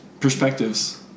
Perspectives